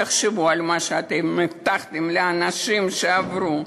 תחשבו על מה שאתם הבטחתם לאנשים שעברו.